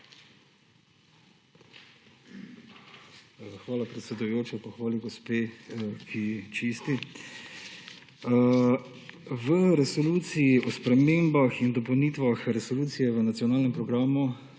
Hvala predsedujoča, pa hvala gospe, ki čisti. V resoluciji o spremembah in dopolnitvah Resolucije o nacionalnem programu